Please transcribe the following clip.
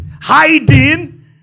Hiding